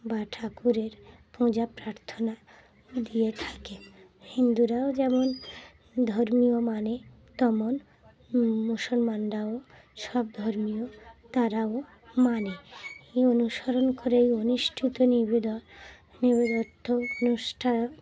বা ঠাকুরের পূজা প্রার্থনা দিয়ে থাকে হিন্দুরাও যেমন ধর্মীয় মানে তেমন মুসলমানরাও সব ধর্মীয় তারাও মানে এই অনুসরণ করে এই অনুষ্ঠিত নিবেদন নিবেদ্ন অনুষ্ঠান